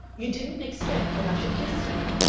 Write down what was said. you didn't expect that i should kiss you?